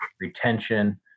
retention